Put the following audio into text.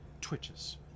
twitches